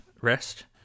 rest